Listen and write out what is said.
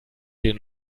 den